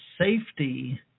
safety